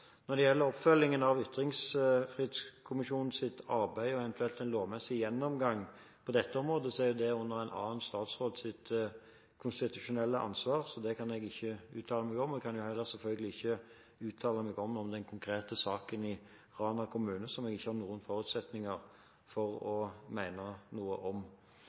Når det gjelder oppfølgingen av Ytringsfrihetskommisjonens arbeid og en eventuell lovmessig gjennomgang på dette området, ligger det under en annen statsråds konstitusjonelle ansvar, så det kan jeg ikke uttale meg om. Jeg kan selvfølgelig heller ikke uttale meg om den konkrete saken i Rana kommune, som jeg ikke har noen forutsetninger for å mene noe om.